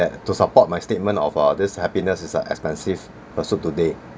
that to support my statement of uh this happiness is a expensive pursuit today